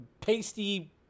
pasty